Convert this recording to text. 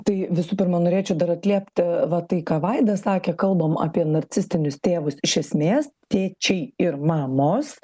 tai visų pirma norėčiau dar atliepti va tai ką vaidas sakė kalbam apie narcistinius tėvus iš esmės tėčiai ir mamos